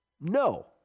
No